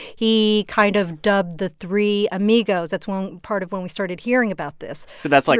he kind of dubbed the three amigos. that's when part of when we started hearing about this so that's, like,